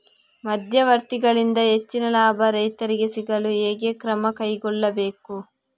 ಮಧ್ಯವರ್ತಿಗಳಿಂದ ಹೆಚ್ಚಿನ ಲಾಭ ರೈತರಿಗೆ ಸಿಗಲು ಹೇಗೆ ಕ್ರಮ ಕೈಗೊಳ್ಳಬೇಕು?